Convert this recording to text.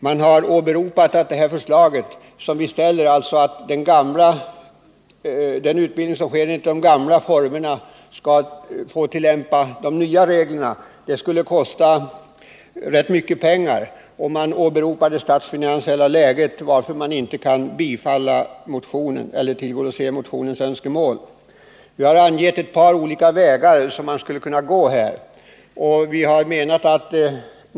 Man har åberopat att det förslag som vi ställer, dvs. att de nya reglerna skall tillämpas även för den utbildning som sker enligt de gamla formerna, skulle kosta rätt mycket pengar. Man åberopar statsfinansiella skäl och anser att man inte kan tillgodose motionens önskemål. Vi har angett ett par olika vägar som man här skulle kunna gå.